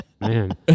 Man